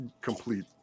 complete